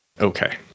Okay